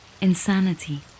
insanity